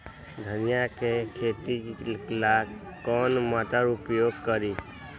धनिया के खेती ला कौन मोटर उपयोग करी?